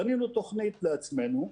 בנינו תוכנית לעצמנו,